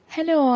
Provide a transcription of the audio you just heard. Hello